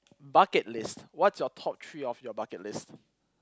bucket list what's your top three of your bucket list